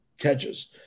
catches